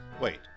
Wait